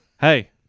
Hey